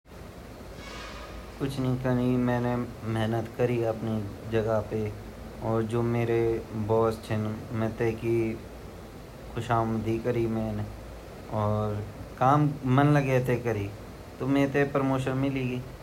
यु ता कमाले बात भोत ची पर समणी वालू मेते ब्वन लग्यु वेगु क्या लहजा ची मेते नि पता पर जब हम मेहनत काना अर हम अपरा सारा एफर्ट आपरी जिंदगी पर लगे द्दयान्दा अपरा ऑफिस ते दये दयान्दा अपरा घर ते दये द्दयान्दा फिर कखि न कखि ता सक्सेस मिल ही जांदी ता येमा ता भोत अछि बात ची अर आप ते भी धन्यवाद ची जु मेते प्रमोशन पर धन्यवाद कण लगया छिन।